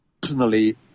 personally